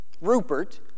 Rupert